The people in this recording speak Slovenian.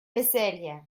veselje